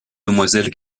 demoiselles